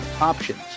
options